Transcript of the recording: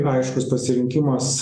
aiškus pasirinkimas